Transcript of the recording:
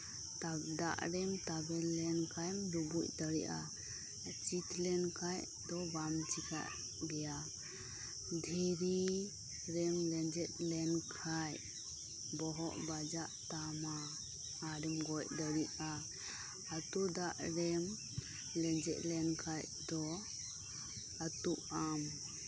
ᱫᱟᱜᱨᱮᱢ ᱛᱟᱵᱮᱨ ᱞᱮᱱᱠᱷᱟᱱ ᱮᱢ ᱰᱩᱵᱩᱡ ᱫᱟᱲᱮᱜᱼᱟ ᱪᱮᱫ ᱞᱮᱱᱠᱷᱟᱱ ᱫᱚ ᱵᱟᱢ ᱪᱤᱠᱟᱹᱜ ᱜᱮᱭᱟ ᱫᱷᱤᱨᱤᱨᱮᱢ ᱞᱮᱸᱡᱮᱫ ᱞᱮᱱᱠᱷᱟᱱ ᱵᱚᱦᱚᱜ ᱵᱟᱡᱟᱜ ᱛᱟᱢᱟ ᱟᱨᱮᱢ ᱜᱚᱡᱫᱟᱲᱮᱜᱼᱟ ᱟᱹᱛᱩᱜ ᱫᱟᱜᱨᱮᱢ ᱞᱮᱸᱡᱮᱫ ᱞᱮᱱᱠᱷᱟᱱ ᱫᱚ ᱟᱹᱛᱩᱜ ᱟᱢ